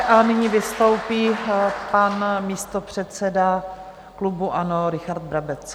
A nyní vystoupí pan místopředseda klubu ANO Richard Brabec.